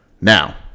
Now